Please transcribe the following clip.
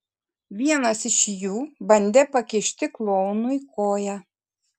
vienas iš jų bandė pakišti klounui koją